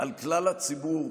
על כלל הציבור,